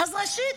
אז ראשית,